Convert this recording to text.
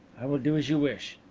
i will do as you wish.